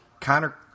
Connor